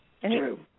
True